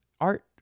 Art